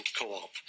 co-op